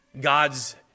God's